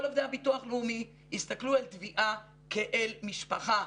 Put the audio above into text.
כל עובדי הביטוח לאומי הסתכלנו על תביעה כאל משפחה,